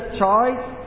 choice